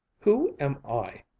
who am i,